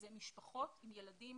אלה משפחות עם ילדים,